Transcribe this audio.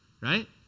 right